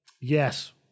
Yes